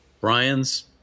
Brian's